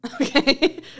Okay